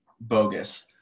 bogus